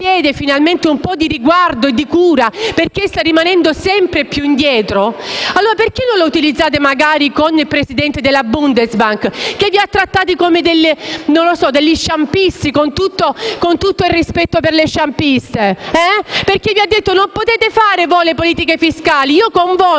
chiede finalmente un po' di riguardo e di cura, perché sta rimanendo sempre più indietro, allora perché non la utilizzate magari con il presidente della Bundesbank, che vi ha trattato come degli sciampisti (con tutto il rispetto per le sciampiste), perché vi ha detto: «voi non potete fare le politiche fiscali, io con voi